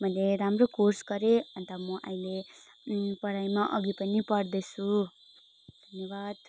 मैले राम्रो कोर्स गरेँ अन्त म अहिले पढाइमा अघि पनि पढ्दैछु धन्यवाद